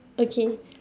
okay